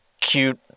cute